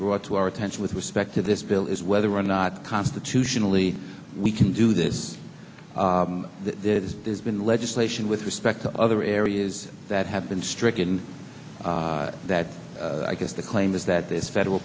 brought to our attention with respect to this bill is whether or not constitutionally we can do this there's been legislation with respect to other areas that have been stricken that is the claim is that this federal